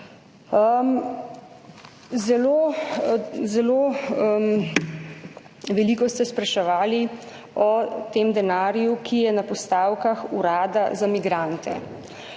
Zelo veliko ste spraševali o denarju, ki je na postavkah urada za migrante.